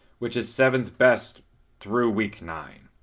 which is seventh best through week nine.